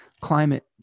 climate